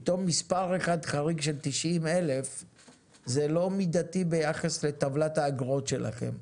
פתאום מספר אחד חריג של 90,000 - זה לא מידתי ביחס לטבלת האגרות שלכם.